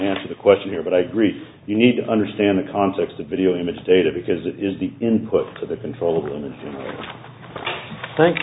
answer the question here but i agree you need to understand the context the video image data because it is the input to the control room and thank